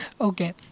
Okay